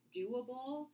doable